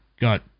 got